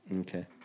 Okay